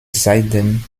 seitdem